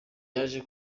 yaje